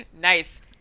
Nice